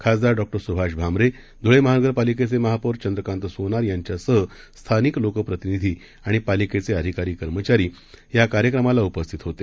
खासदारडॉसुभाषभामरे ध्वळेमहानगरपालिकेचेमहापौरचंद्रकातसोनारयांच्यासहस्थानिकलोकप्रतिनिधीआणिपालिकेचेअधिकारीकर्मचारीयाकार्यक्रमालाउपस्थितहो ते